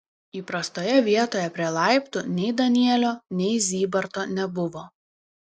įprastoje vietoje prie laiptų nei danielio nei zybarto nebuvo